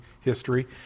history